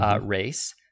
race